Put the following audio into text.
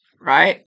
right